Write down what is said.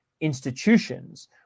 institutions